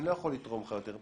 אני לא יכול לתרום לך יותר,